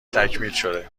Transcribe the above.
تکمیلشده